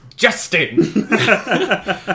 Justin